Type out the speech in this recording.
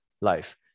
life